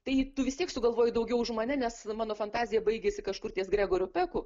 tai tu vis tiek sugalvoji daugiau už mane nes mano fantazija baigiasi kažkur ties gregoriu peku